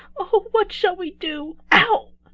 oh, what shall we do? ow!